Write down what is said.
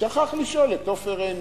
שכח לשאול את עופר עיני.